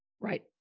Right